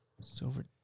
silver